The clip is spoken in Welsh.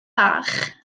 bach